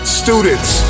students